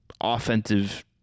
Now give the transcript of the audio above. offensive